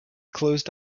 closed